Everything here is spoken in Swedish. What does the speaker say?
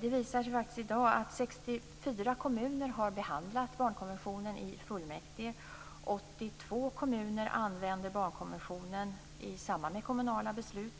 Det visar sig i dag att 64 kommuner har behandlat barnkonventionen i fullmäktige. 82 kommuner använder barnkonventionen i samband med kommunala beslut.